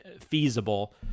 feasible